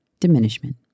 diminishment